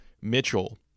Mitchell